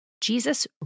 Jesus